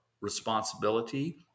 responsibility